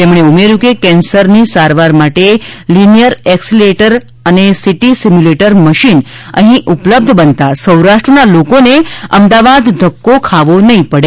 તેમણે ઉમેર્યું હતું કે કેન્સરની સારવાર માટે લિનિયર એક્સીલિરેટર અને સિટી સિમ્યુલેટર મશીન અઠ્ઠી ઉપલબ્ધ બનતા સૌરાષ્ટ્રના લોકોને અમદાવાદ ધક્કો નહીં ખાવો પડે